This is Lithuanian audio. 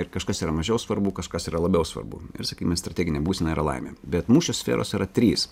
ir kažkas yra mažiau svarbu kažkas yra labiau svarbu ir sakykime strateginė būsena yra laimė bet mūšio sferos yra trys